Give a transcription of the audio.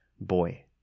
boy